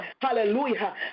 hallelujah